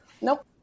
nope